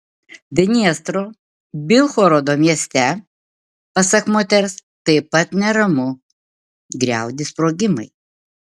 dniestro bilhorodo mieste pasak moters taip pat neramu griaudi sprogimai